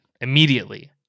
immediately